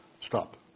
Stop